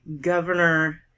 Governor